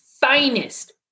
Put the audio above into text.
finest